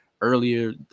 earlier